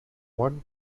one